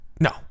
No